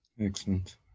Excellent